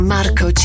Marco